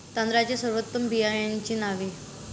तांदळाच्या सर्वोत्तम बियाण्यांची नावे?